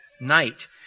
night